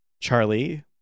Charlie